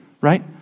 right